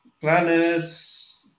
planets